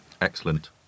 Excellent